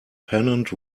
pennant